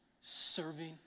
serving